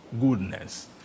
goodness